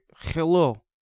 Hello